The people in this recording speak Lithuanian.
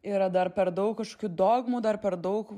yra dar per daug kažkokių dogmų dar per daug